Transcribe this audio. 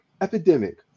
epidemic